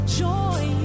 joy